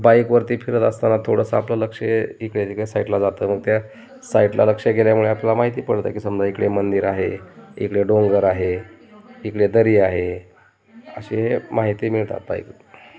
बाईकवरती फिरत असताना थोडंसं आपलं लक्ष इकडे तिकडे साईटला जातं मग त्या साईटला लक्ष ग केल्यामुळे आपला माहिती पडतं की समजा इकडे मंदिर आहे इकडे डोंगर आहे इकडे दरी आहे असे माहिती मिळतात बाईक